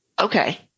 Okay